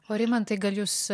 o rimantai gal jūs